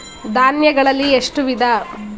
ಧಾನ್ಯಗಳಲ್ಲಿ ಎಷ್ಟು ವಿಧ?